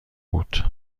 بود